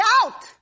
out